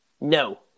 No